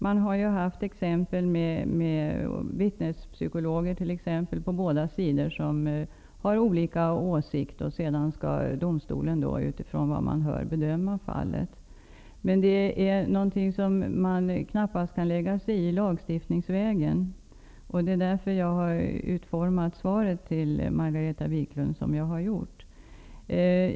Det har t.ex. förekommit fall där man på båda sidor haft vittnespsykologer, som haft olika åsikt. Då skall domstolen utifrån vad den hör bedöma fallet. Men detta är något som man knappast kan lägga sig i lagstiftningsvägen, och det är därför som jag har utformat svaret till Margareta Viklund så som jag har gjort.